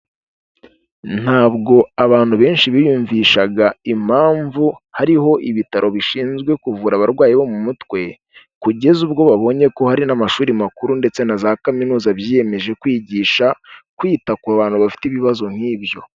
Ntabwo abantu benshi biyumvishaga impamvu hariho ibitaro bishinzwe kuvura abarwayi bo mu mutwe, kugeza ubwo babonye ko hari n'amashuri makuru ndetse na za kaminuza, byiyemeje kwigisha kwita ku bantu bafite ibibazo nk'ibyo.